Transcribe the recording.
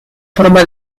forma